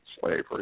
slavery